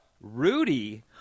Rudy